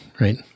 right